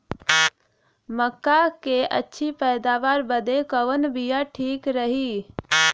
मक्का क अच्छी पैदावार बदे कवन बिया ठीक रही?